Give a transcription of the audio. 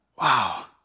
Wow